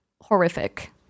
horrific